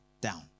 down